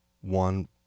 one